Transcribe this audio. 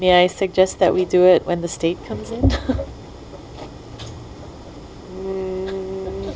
say i suggest that we do it when the state comes in